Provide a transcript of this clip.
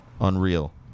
Unreal